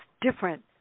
different